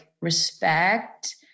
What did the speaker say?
respect